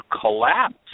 collapse